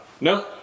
No